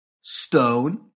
stone